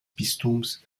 bistums